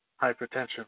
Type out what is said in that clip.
hypertension